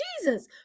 Jesus